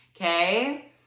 Okay